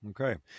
Okay